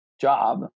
job